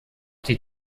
die